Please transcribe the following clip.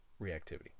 reactivity